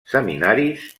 seminaris